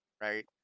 right